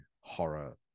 horror